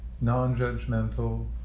non-judgmental